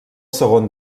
segon